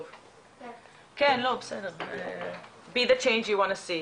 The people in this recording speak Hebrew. נתחיל בסרטון קצר ומיד ניכנס לעניינים.